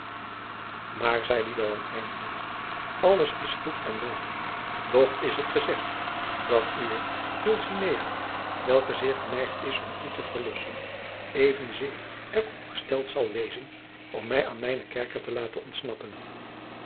maar zeide joan eindelijk alles is goed en wel doch is het gezegd dat uwe dulcinea welke zeer geneigd is om u te verlossen evenzeer er op gesteld zal wezen om mij aan mijnen kerker te laten ontsnappen